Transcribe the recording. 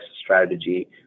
strategy